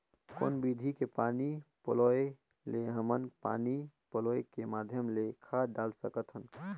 कौन विधि के पानी पलोय ले हमन पानी पलोय के माध्यम ले खाद डाल सकत हन?